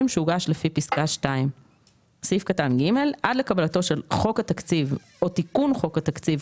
שהוגש לפי פסקה (2); עד לקבלתו של חוק התקציב או תיקון חוק התקציב,